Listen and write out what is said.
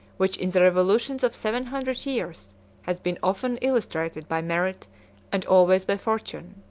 which in the revolutions of seven hundred years has been often illustrated by merit and always by fortune.